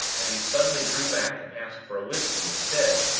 as he suddenly drew back and asked for whisky instead,